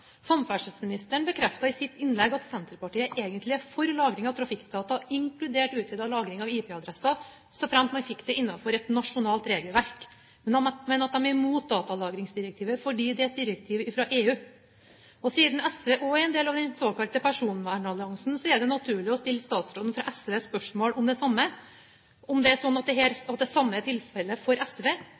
Samferdselsministeren bekreftet i sitt innlegg at Senterpartiet egentlig er for lagring av trafikkdata, inkludert utvidet lagring av IP-adresser såfremt man fikk det innenfor et nasjonalt regelverk, men at de er imot datalagringsdirektivet fordi det er et direktiv fra EU. Siden SV også er en del av den såkalte personvernalliansen, er det naturlig å stille statsråden fra SV spørsmål om det samme, om det er sånn at det samme er tilfellet for SV.